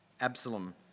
Absalom